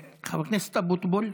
חבר הכנסת אבוטבול.